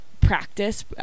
practice